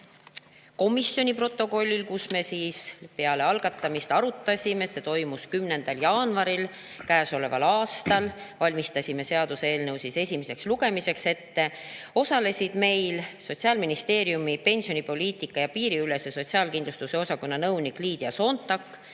komisjoni [istungil], kui me peale algatamist arutasime – see toimus 10. jaanuaril käesoleval aastal – ja valmistasime seaduseelnõu esimeseks lugemiseks ette, osalesid meil Sotsiaalministeeriumi pensionipoliitika ja piiriülese sotsiaalkindlustuse osakonna nõunik Liidia Soontak